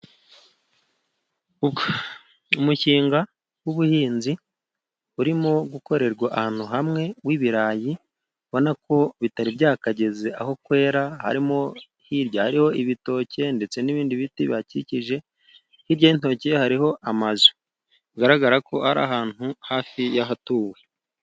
Umushinga w'ubuhinzi urimo gukorerwa ahantu hamwe w'ibirayi, ubonako bitari byakageze aho kwera harimo hirya hariho ibitoke ndetse n'ibindi biti bibakikije, hirya y'intoki hariho amazu bigaragarako ari ahantu hafi y'ahatuwe.